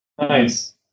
Nice